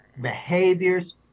behaviors